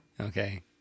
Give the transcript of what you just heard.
Okay